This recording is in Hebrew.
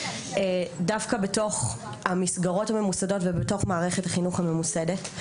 דווקא בתוך המסגרות הממוסדות ובתוך מערכת החינוך הממוסדת.